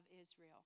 Israel